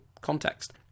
context